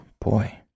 Boy